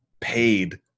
paid